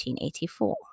1884